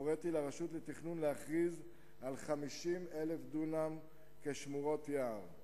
הוריתי לרשות לתכנון להכריז על 50,000 דונם כשמורות יער.